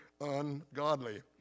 ungodly